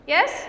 Yes